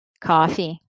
coffee